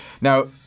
Now